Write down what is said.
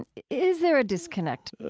is there a disconnect?